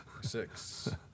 six